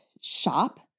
shop